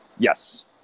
Yes